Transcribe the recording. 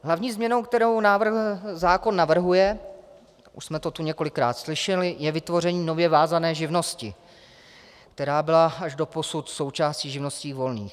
Hlavní změnou, kterou zákon navrhuje, už jsme to tu několikrát slyšeli, je vytvoření nově vázané živnosti, která byla až doposud součástí živností volných.